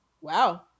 wow